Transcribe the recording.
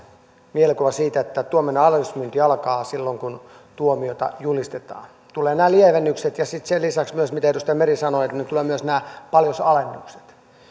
mielikuva että tuomion alennusmyynti alkaa silloin kun tuomiota julistetaan tulevat nämä lievennykset ja sitten sen lisäksi kuten edustaja meri sanoi tulevat myös nämä paljousalennukset